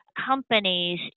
companies